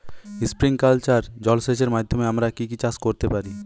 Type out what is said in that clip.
Sprinkler জলসেচের মাধ্যমে আমরা কি কি চাষ করতে পারি?